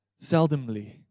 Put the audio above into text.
Seldomly